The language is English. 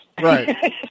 Right